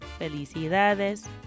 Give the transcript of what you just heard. felicidades